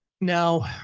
Now